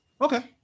okay